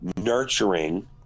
nurturing